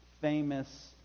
famous